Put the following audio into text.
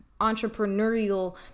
entrepreneurial